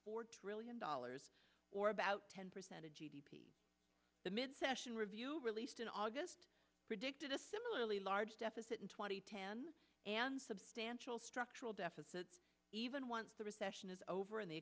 four trillion dollars or about ten percent of g d p the mid session review released in august predicted a similarly large deficit in two thousand and ten and substantial structural deficit even once the recession is over and the